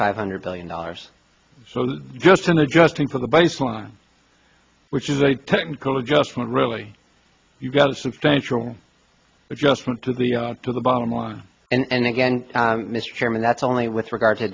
five hundred billion dollars so just in adjusting for the baseline which is a technical adjustment really you've got a substantial adjustment to the to the bottom line and again mr chairman that's only with regard to